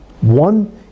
One